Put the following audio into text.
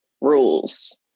rules